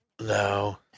No